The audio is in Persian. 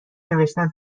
نوشتن